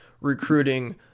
recruiting